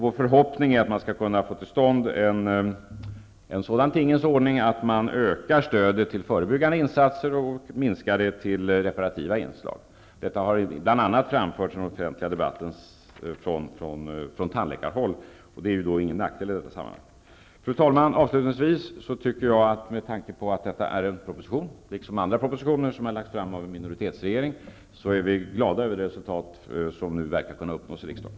Vår förhoppning är att man skall kunna få till stånd en sådan tingens ordning att man ökar stödet till förebyggande insatser och minskar det till reparativa inslag. Detta har bl.a. framförts från tandläkarhåll i den offentliga debatten, och det är ingen nackdel i detta sammanhang. Fru talman! Med tanke på att detta är en proposition som lagts fram av en minoritetsregering är vi glada över det resultat som nu verkar kunna uppnås i riksdagen.